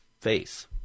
face